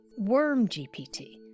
WormGPT